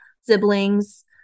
siblings